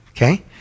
Okay